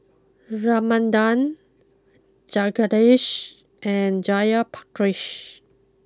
Ramanand Jagadish and Jayaprakash